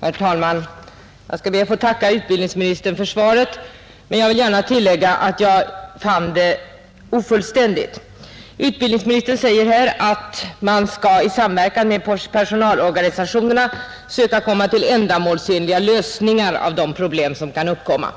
Herr talman! Jag ber att få tacka utbildningsministern för svaret, men jag vill gärna tillägga att jag fann det ofullständigt. Utbildningsministern säger att man skall i samverkan med personalorganisationerna söka komma till ändamålsenliga lösningar av de problem som kan uppkomma.